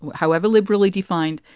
however liberally defined.